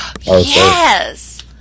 Yes